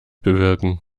bewirken